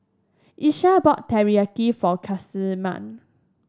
Leshia bought Teriyaki for Casimir